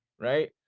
right